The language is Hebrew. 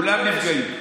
כולם נפגעים.